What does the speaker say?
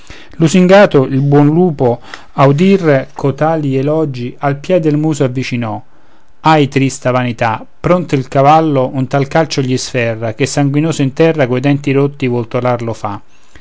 lusingato il buon lupo a udir cotali elogi al piede il muso avvicinò ahi trista vanità pronto il cavallo un tal calcio gli sferra che sanguinoso in terra coi denti rotti voltolar lo fa